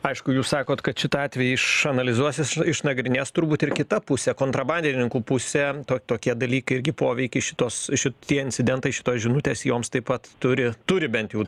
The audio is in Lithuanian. aišku jūs sakot kad šitą atvejį išanalizuosi išnagrinės turbūt ir kita pusė kontrabandininkų pusė to tokie dalykai irgi poveikį šituos šit tie incidentai šitos žinutės joms taip pat turi turi bent jau